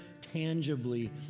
tangibly